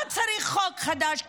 לא צריך חוק חדש,